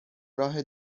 راه